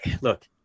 look